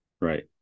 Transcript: right